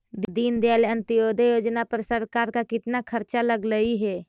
दीनदयाल अंत्योदय योजना पर सरकार का कितना खर्चा लगलई हे